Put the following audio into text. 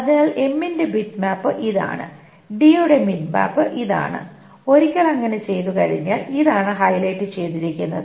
അതിനാൽ M ന്റെ bitmap ഇതാണ് D യുടെ ബിറ്റ്മാപ്പ് ഇതാണ് ഒരിക്കൽ അങ്ങനെ ചെയ്തുകഴിഞ്ഞാൽ ഇതാണ് ഹൈലൈറ്റ് ചെയ്തിരിക്കുന്നത്